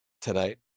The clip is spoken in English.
tonight